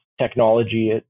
technology